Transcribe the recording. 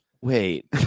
Wait